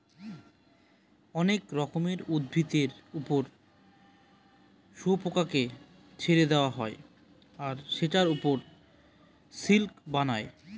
অনেক রকমের উদ্ভিদের ওপর শুয়োপোকাকে ছেড়ে দেওয়া হয় আর সেটার ওপর সিল্ক বানায়